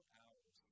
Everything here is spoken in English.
hours